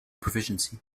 proficiency